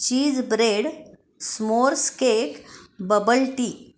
cheese bread s'mores cake bubble tea